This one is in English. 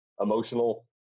emotional